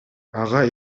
ага